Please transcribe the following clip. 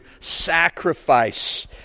sacrifice